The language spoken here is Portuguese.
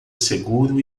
seguro